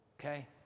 okay